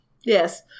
Yes